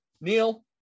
Neil